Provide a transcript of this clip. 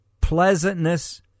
pleasantness